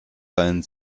seinen